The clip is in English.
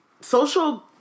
social